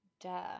Duh